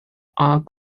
are